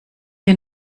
wir